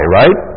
right